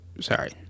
sorry